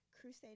crusade